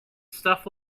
stuff